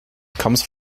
comes